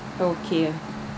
okay